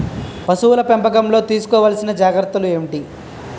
పశువుల పెంపకంలో తీసుకోవల్సిన జాగ్రత్త లు ఏంటి?